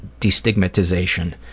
destigmatization